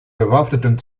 bewaffneten